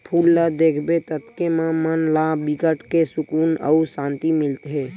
फूल ल देखबे ततके म मन ला बिकट के सुकुन अउ सांति मिलथे